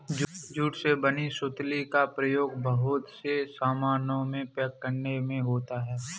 jute से बने सुतली का प्रयोग बहुत से सामानों को पैक करने में होता है